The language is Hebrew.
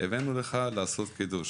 הבאנו לך לעשות קידוש,